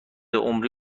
عمری